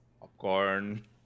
Popcorn